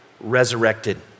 resurrected